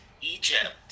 Egypt